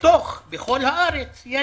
בכל הארץ יש